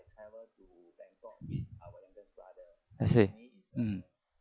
okay mm